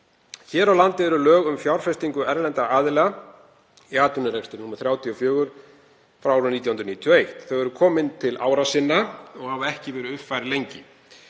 Hér á landi eru lög um fjárfestingu erlendra aðila í atvinnurekstri, nr. 34/1991. Þau eru komin til ára sinna og hafa ekki verið uppfærð lengi.